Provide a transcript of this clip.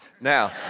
Now